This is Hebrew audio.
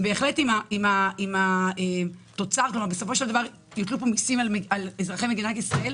קיים, בסופו של דבר יוטלו מיסים על מדינת ישראל,